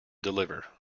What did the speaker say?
deliver